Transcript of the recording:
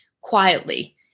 quietly